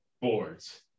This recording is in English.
boards